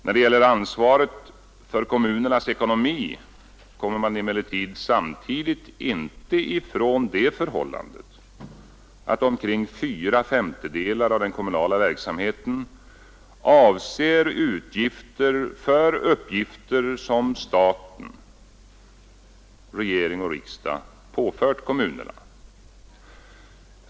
När det gäller ansvaret för kommunernas ekonomi kommer man emellertid samtidigt inte ifrån det förhållandet att omkring fyra femtedelar av den kommunala verksamheten avser kostnader för uppgifter som staten påfört kommunerna.